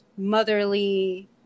motherly